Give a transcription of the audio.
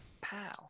Pow